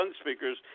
speakers